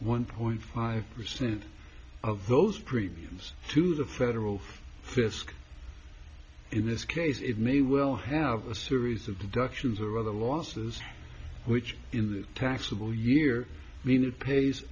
one point five percent of those premiums to the federal fisc in this case it me will have a series of deductions or other losses which in taxable year mean it pays